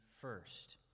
first